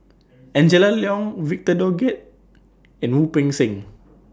Angela Liong Victor Doggett and Wu Peng Seng